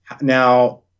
Now